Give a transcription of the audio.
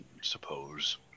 suppose